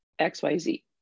XYZ